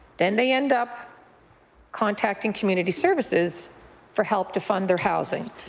then they end up contacting community services for help to fund their housing,